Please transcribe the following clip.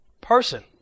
person